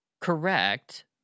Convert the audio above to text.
Correct